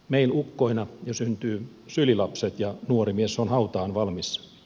meill ukkoina jo syntyy sylilapset ja nuori mies on hautaan valmis jo